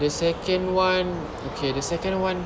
the second [one] okay the second [one]